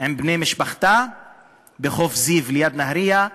עם בני משפחתה בחוף זיו ליד נהרייה,